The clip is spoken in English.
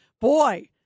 Boy